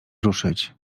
ruszyć